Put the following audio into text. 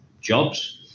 jobs